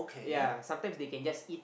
ya sometime they can just eat